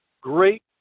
great